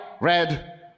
red